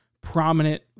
prominent